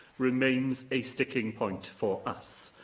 remains a sticking point for us.